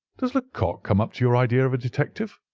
does lecoq come up to your idea of a detective?